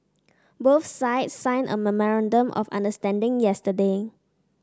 both sides signed a memorandum of understanding yesterday